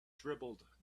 dribbled